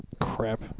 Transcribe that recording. Crap